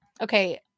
okay